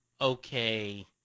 okay